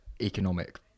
economic